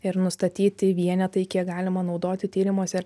ir nustatyti vienetai kiek galima naudoti tyrimuose